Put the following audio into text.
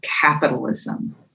capitalism